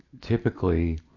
typically